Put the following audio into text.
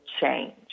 change